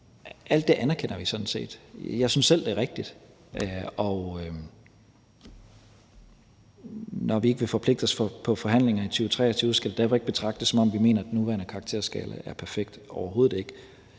Alt det anerkender vi sådan set. Jeg synes selv, det er rigtigt. Og når vi ikke vil forpligte os på forhandlinger i 2023, skal det ikke betragtes, som om vi mener, at den nuværende karakterskala er perfekt, overhovedet ikke.